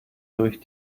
durch